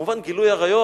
וכמובן גילוי עריות,